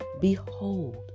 Behold